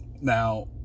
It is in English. Now